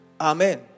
Amen